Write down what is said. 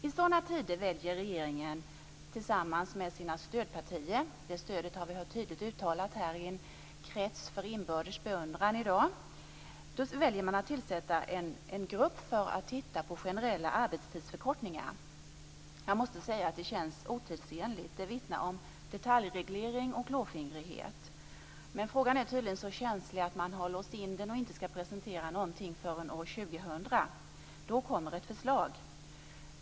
I sådana tider väljer regeringen tillsammans med sina stödpartier - stödet har tydligt uttalats här i en krets för inbördes beundran - att tillsätta en arbetsgrupp för att titta på generella arbetstidsförkortningar. Jag måste säga att det känns otidsenligt. Det vittnar om detaljreglering och klåfingrighet. Frågan är tydligen så känslig att man låst in den och inte skall presentera någonting förrän år 2000. Då kommer ett förslag.